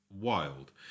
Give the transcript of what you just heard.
wild